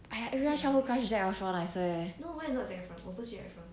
!aiya! actually everyone's childhood crush is zac efron I say